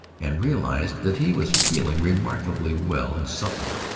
and realized that he was feeling remarkably well and supple.